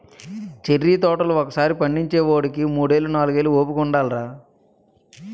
cherry తోటలు ఒకసారి పండించేవోడికి మూడేళ్ళు, నాలుగేళ్ళు ఓపిక ఉండాలిరా